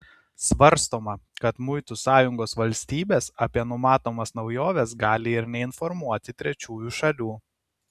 svarstoma kad muitų sąjungos valstybės apie numatomas naujoves gali ir neinformuoti trečiųjų šalių